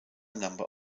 number